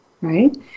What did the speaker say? right